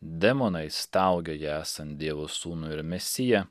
demonai staugia jį esant dievo sūnui ir mesiją